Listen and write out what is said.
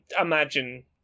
imagine